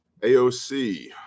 AOC